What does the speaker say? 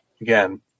again